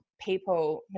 people